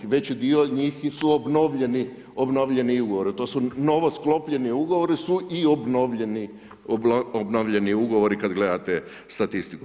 Veći dio njih su obnovljeni ugovori, to su novosklopljeni ugovori su i obnovljeni ugovori kad gledate statistiku.